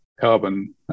carbon